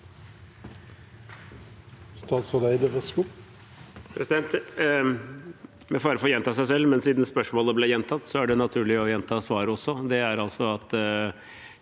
for å gjenta seg selv – men siden spørsmålet ble gjentatt, er det naturlig å gjenta svaret også,